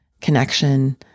connection